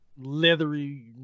leathery